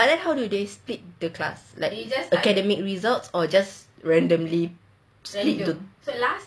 but then how do they split the class like academic results or just randomly split